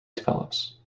develops